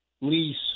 lease